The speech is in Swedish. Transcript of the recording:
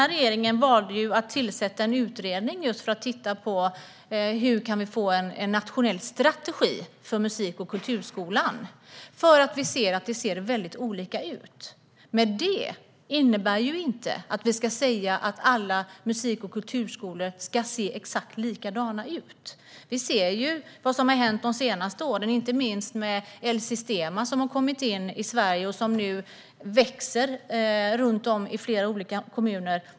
Regeringen valde att tillsätta en utredning just för att titta på hur vi kan få en nationell strategi för musik och kulturskolan. Vi ser nämligen att det ser väldigt olika ut. Men det innebär inte att vi ska säga att alla musik och kulturskolor ska se exakt likadana ut. Vi ser ju vad som har hänt de senaste åren, inte minst med El Sistema, som har kommit in i Sverige och som nu växer i flera kommuner.